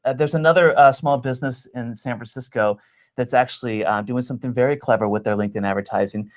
and there's another small business in san francisco that's actually doing something very clever with their linkedin advertising.